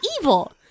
evil